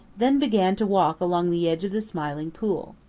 then began to walk along the edge of the smiling pool.